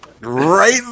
Right